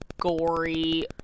gory